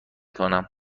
کنم